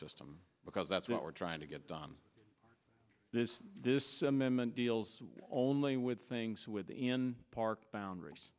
system because that's what we're trying to get done is this amendment deals only with things within park boundaries